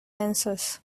answers